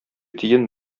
тиен